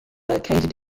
located